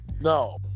No